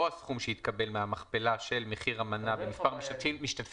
או הסכום שהתקבל מהמכפלה של מחיר המנה ומספר המשתתפים,